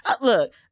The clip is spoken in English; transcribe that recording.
look